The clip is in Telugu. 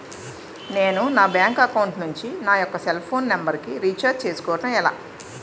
నేను నా బ్యాంక్ అకౌంట్ నుంచి నా యెక్క సెల్ ఫోన్ నంబర్ కు రీఛార్జ్ చేసుకోవడం ఎలా?